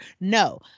No